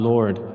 Lord